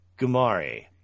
Gumari